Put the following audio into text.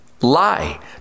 lie